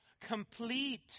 complete